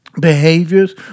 behaviors